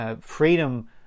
Freedom